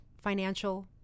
financial